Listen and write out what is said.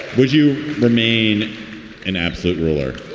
would you remain an absolute ruler?